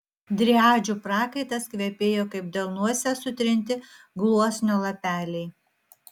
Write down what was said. driadžių prakaitas kvepėjo kaip delnuose sutrinti gluosnio lapeliai